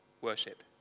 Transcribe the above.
worship